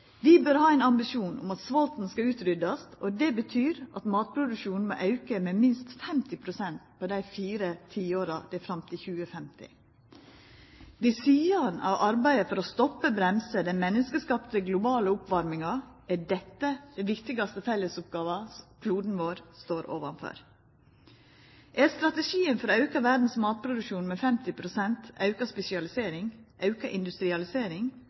Vi bør ha ein ambisjon om at svolten skal utryddast. Det betyr at matproduksjonen må auka med minst 50 pst. på dei fire tiåra det er fram til 2050. Ved sida av arbeidet for å stoppa eller bremsa den menneskeskapte globale oppvarminga er dette den viktigaste fellesoppgåva kloden vår står overfor. Er strategien for å auka verdas matproduksjon med 50 pst. auka spesialisering, auka industrialisering,